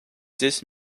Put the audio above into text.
dix